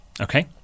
okay